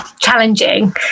challenging